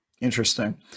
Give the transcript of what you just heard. interesting